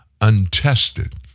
untested